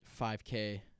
5k